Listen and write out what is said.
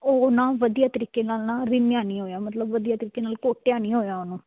ਉਹ ਨਾ ਵਧੀਆ ਤਰੀਕੇ ਨਾਲ ਨਾ ਰਿਨ੍ਹਿਆ ਨਹੀਂ ਹੋਇਆ ਮਤਲਬ ਵਧੀਆ ਤਰੀਕੇ ਨਾਲ ਘੋਟਿਆ ਨਹੀਂ ਹੋਇਆ ਉਹਨੂੰ